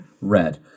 red